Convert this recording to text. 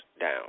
down